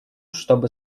чтобы